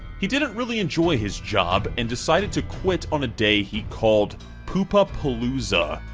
he didn't really enjoy his job, and decided to quit on a day he called poopa-palooza.